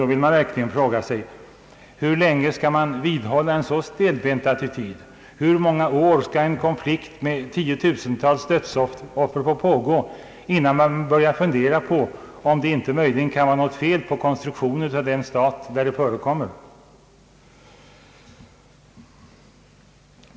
Då vill man verkligen fråga: Hur länge skall man vidhålla en sådan stelbent attityd? Hur många år skall en konflikt med tiotusentals dödsoffer få pågå innan man börjar fundera på om det inte möjligen kan vara något fel på konstruktionen av den stat där den förekommer?